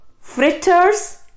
fritters